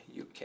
UK